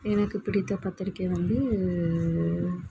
எனக்கு பிடித்த பத்திரிக்கை வந்து